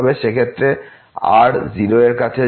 সেক্ষেত্রে যদি r 0 এর কাছে যায়